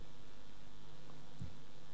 סעיפים 1